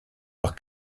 war